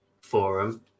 forum